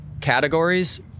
categories